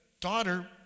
daughter